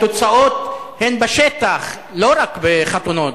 התוצאות הן בשטח, לא רק בחתונות.